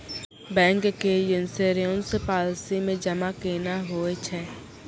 Bank के insurance policy मे जमा केना होय छै?